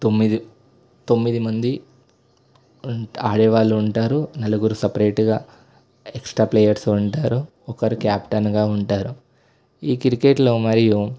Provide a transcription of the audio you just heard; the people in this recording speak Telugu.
తొమ్మిది తొమ్మిది మంది ఆడేవాళ్ళు ఉంటారు నలుగురు సపరేట్గా ఎక్స్ట్రా ప్లేయర్స్ ఉంటారు ఒకరు క్యాప్టెన్గా ఉంటారు ఈ క్రికెట్లో మరియు